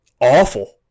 awful